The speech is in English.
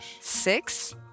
six